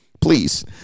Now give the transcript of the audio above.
please